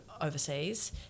overseas